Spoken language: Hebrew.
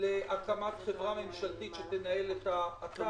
להקמת חברה ממשלתית שתנהל את האתר.